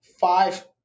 five